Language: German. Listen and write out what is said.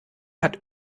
hat